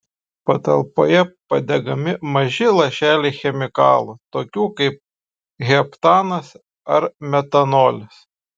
patalpoje padegami maži lašeliai chemikalų tokių kaip heptanas ar metanolis